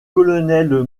colonel